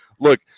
look –